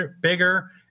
bigger